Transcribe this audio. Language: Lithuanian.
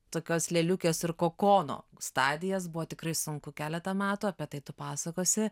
tokios lėliukės ir kokono stadijas buvo tikrai sunku keletą metų apie tai tu pasakosi